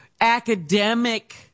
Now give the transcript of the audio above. academic